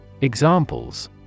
Examples